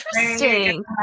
interesting